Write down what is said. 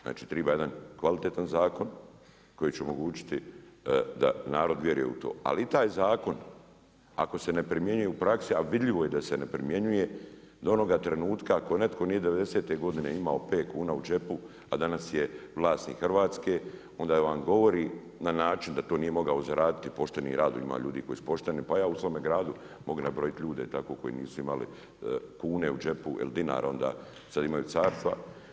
Znači, treba jedna kvalitetan zakon koji će omogućiti da narod vjeruje u to, ali i taj zakon ako se ne primjenjuje u praksi, a vidljivo je da se ne primjenjuje, do onoga trenutka ako netko nije devedesete godine imao pet kuna u džepu a danas je vlasnik Hrvatske, onda vam govori na način da to nije mogao zaraditi poštenim radom, ima onih koji su pošteni, pa ja u svome gradu mogu nabrojiti ljude tako koji nisu imali kune u džepu, dinara onda, sad imaju carstva.